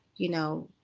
you know,